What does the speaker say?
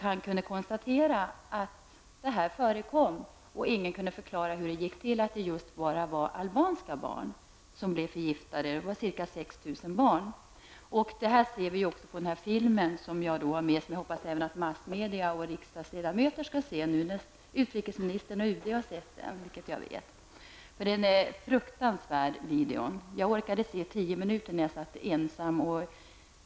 Han konstaterade att detta förekom och att ingen kunde förklara hur det kom sig att det bara vara albanska barn som blev förgiftade. Det var ca 6 000 barn. Man kan även se detta på den här filmen, som jag har med mig. Jag hoppas att även massmedia och riksdagsledamöter skall se den, nu när utrikesministern och UD har sett den, vilket jag vet. Den är fruktansvärd. Jag orkade se tio minuter av den när jag satt ensam.